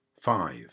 Five